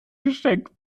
geschenkt